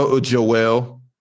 Joel